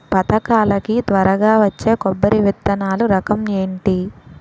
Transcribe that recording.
పథకాల కి త్వరగా వచ్చే కొబ్బరి విత్తనాలు రకం ఏంటి?